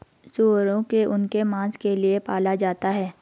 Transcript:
सूअरों को उनके मांस के लिए पाला जाता है